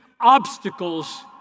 obstacles